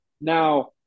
now